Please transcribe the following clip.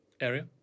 area